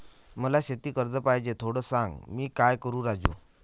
मला शेती कर्ज पाहिजे, थोडं सांग, मी काय करू राजू?